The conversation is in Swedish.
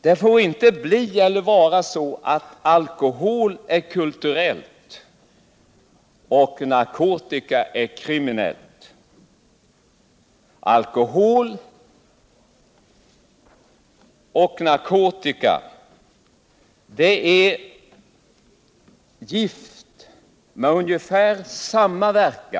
Det får inte vara så, att alkohol är kulturellt och narkotika kriminellt. Alkohol och narkotika är gift med ungefär samma verkan.